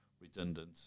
redundant